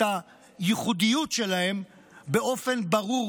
את הייחודיות שלהם באופן ברור,